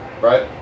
Right